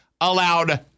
allowed